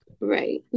Right